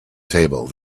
table